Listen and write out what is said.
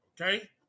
okay